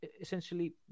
essentially